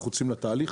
ואנחנו יוצאים לתהליך.